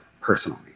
personally